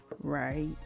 Right